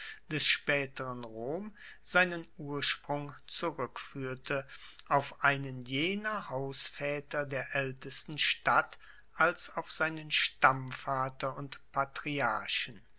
des spaeteren rom seinen ursprung zurueckfuehrte auf einen jener hausvaeter der aeltesten stadt als auf seinen stammvater und patriarchen